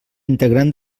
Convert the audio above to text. integrant